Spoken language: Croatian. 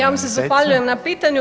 Ja vam se zahvaljujem na pitanju.